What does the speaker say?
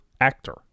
actor